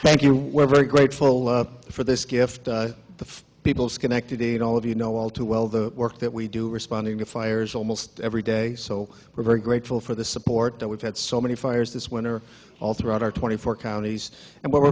thank you we're very grateful for this gift the people schenectady and all of you know all too well the work that we do responding to fires almost every day so we're very grateful for the support that we've had so many fires this winter all throughout our twenty four counties and what w